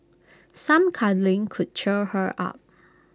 some cuddling could cheer her up